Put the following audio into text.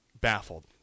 baffled